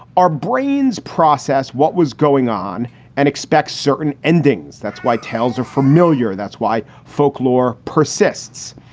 our brains process, what was going on and expect certain endings. that's why tales are familiar. that's why folklore persists.